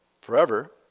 forever